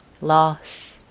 loss